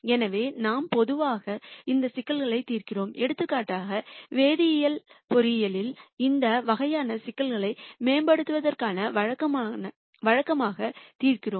எனவே நாம் பொதுவாக இந்த சிக்கல்களை தீர்க்கிறோம் எடுத்துக்காட்டாக வேதியியல் பொறியியலில் இந்த வகையான சிக்கல்களை மேம்படுத்துவதற்காக வழக்கமாக தீர்க்கிறோம்